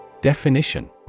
Definition